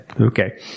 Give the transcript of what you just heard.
Okay